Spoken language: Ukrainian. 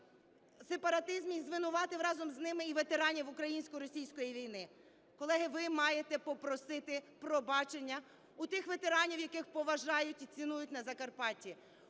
у сепаратизмі, і звинуватив разом з ними і ветеранів українсько-російської війни. Колеги, ви маєте попросити пробачення у тих ветеранів, яких поважають і цінують на Закарпатті,